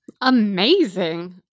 Amazing